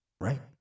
right